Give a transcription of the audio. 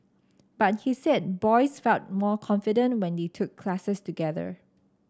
but he said boys felt more confident when they took classes together